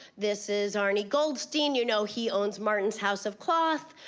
this is arnie goldstein. you know, he owns martin's house of cloth.